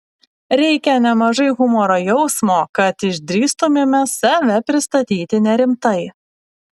reikia nemažai humoro jausmo kad išdrįstumėme save pristatyti nerimtai